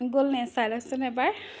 গ'লনে চাই লওকচোন এবাৰ